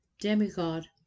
demigod